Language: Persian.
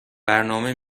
برنامه